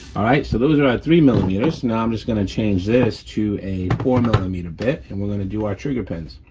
all right, so those are our three millimeters, now i'm just gonna change this to a four millimeter bit, and we're gonna do our trigger pins.